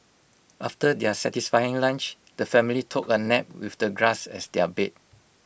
after their satisfying lunch the family took A nap with the grass as their bed